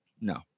No